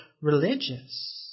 religious